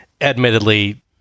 Admittedly